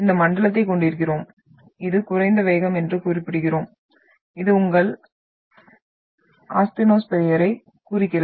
இந்த மண்டலத்தை கொண்டிருக்கிறோம் இது குறைந்த வேகம் என்று குறிப்பிடுகிறோம் இது உங்கள் ஆஸ்தெனோஸ்பியரைக் குறிக்கிறது